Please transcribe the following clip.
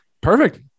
perfect